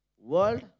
world